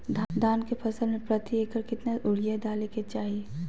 धान के फसल में प्रति एकड़ कितना यूरिया डाले के चाहि?